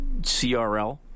CRL